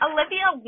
Olivia